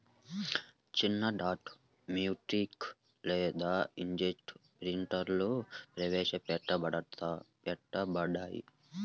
చిన్నడాట్ మ్యాట్రిక్స్ లేదా ఇంక్జెట్ ప్రింటర్లుప్రవేశపెట్టబడ్డాయి